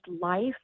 life